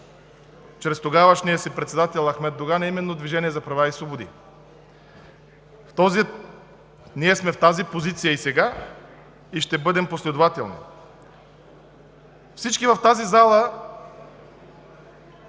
чрез тогавашния си председател Ахмен Доган, е именно „Движението за права и свободи“. Ние сме в тази позиция сега и ще бъдем последователни. Всички в тази зала